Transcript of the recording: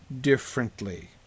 differently